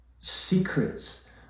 secrets